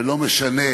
ולא משנה